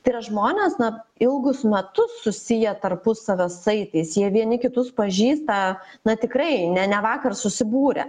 tai yra žmonės na ilgus metus susiję tarpusavio saitais jie vieni kitus pažįsta na tikrai ne ne vakar susibūrę